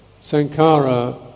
Sankara